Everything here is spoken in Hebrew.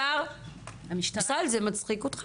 וזה יכול לסייע בכך